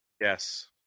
yes